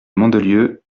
mandelieu